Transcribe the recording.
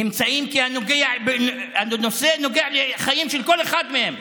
נמצאים כי הנושא נוגע לחיים של כל אחד מהם,